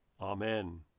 Amen